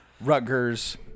Rutgers